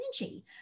energy